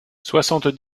soixante